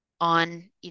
on